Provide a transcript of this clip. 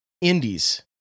indies